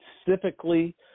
specifically